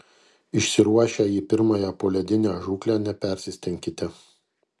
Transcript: išsiruošę į pirmąją poledinę žūklę nepersistenkite